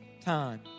time